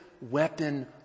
weapon